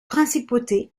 principauté